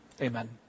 Amen